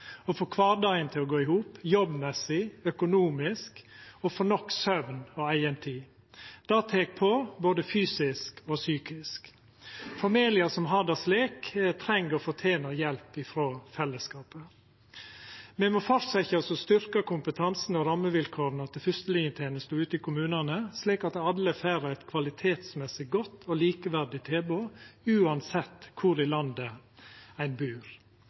få kvardagen til å gå i hop, med omsyn til jobb og økonomisk, og å få nok søvn og eigentid. Det tek på både fysisk og psykisk. Familiar som har det slik, treng og fortener hjelp frå fellesskapen. Me må fortsetja å styrkja kompetansen og rammevilkåra for fyrstelinjetenesta ute i kommunane, slik at alle får eit likeverdig tilbod med god kvalitet uansett kvar i landet ein bur.